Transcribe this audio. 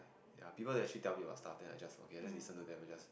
ya people actually tell me about stuff then I just let's listen to them and just